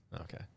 Okay